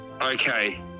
Okay